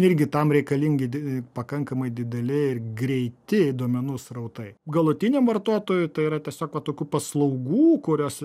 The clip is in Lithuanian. irgi tam reikalingi di pakankamai dideli ir greiti duomenų srautai galutiniam vartotojui tai yra tiesiog va tokių paslaugų kurias